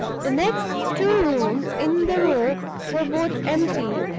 the next two rooms in the row were both empty.